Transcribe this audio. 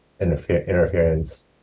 interference